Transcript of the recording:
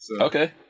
Okay